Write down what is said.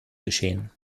geschehen